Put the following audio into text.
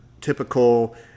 typical